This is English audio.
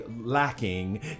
lacking